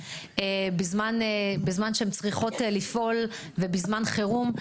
בזמן שהן צריכות לפעול ובזמן חירום.